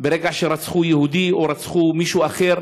כשרצחו יהודי או רצחו מישהו אחר,